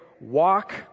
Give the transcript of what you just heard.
walk